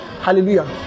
Hallelujah